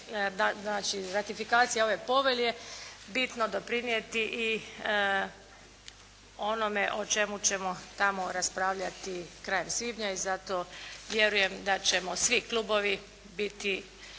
znači ratifikacija ove povelje bitno doprinijeti onome o čemu ćemo tamo raspravljati krajem svibnja. I zato vjerujem da ćemo svi klubovi biti